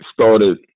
started